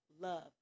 love